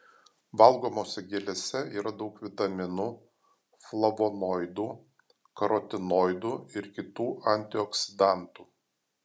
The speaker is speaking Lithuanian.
valgomose gėlėse yra daug vitaminų flavonoidų karotinoidų ir kitų antioksidantų